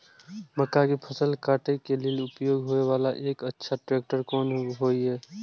मक्का के फसल काटय के लिए उपयोग होय वाला एक अच्छा ट्रैक्टर कोन हय?